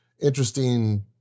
interesting